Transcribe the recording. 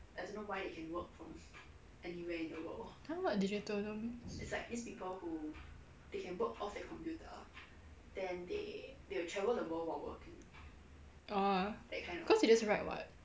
!huh! what digital nomad orh cause they just write [what]